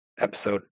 episode